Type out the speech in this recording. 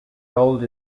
rolled